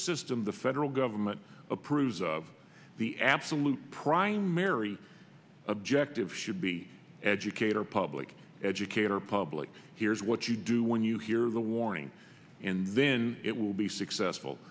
system the federal government approves of the absolute primary objective should be educator public educator public here's what you do when you hear the warning and then it will be successful